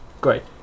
Great